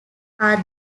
are